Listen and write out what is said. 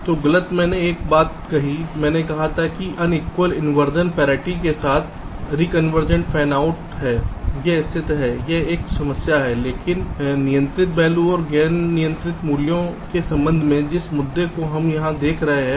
तो गलत मैंने एक बात कही मैंने कहा था कि असामान्य इंवर्जन पैरिटी के साथ एक रीकन्वर्जेंट फैन आउट है यह स्थिति है यह एक समस्या है लेकिन नियंत्रित और गैर नियंत्रित मूल्यों के संबंध में जिन मुद्दों को हम अनदेखा कर रहे हैं